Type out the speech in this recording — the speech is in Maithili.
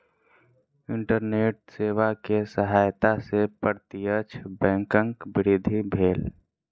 इंटरनेट सेवा के सहायता से प्रत्यक्ष बैंकक वृद्धि भेल